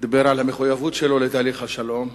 דיבר על המחויבות שלו לתהליך השלום,